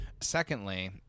Secondly